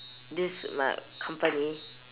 this my company